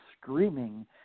screaming